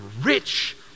rich